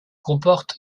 comporte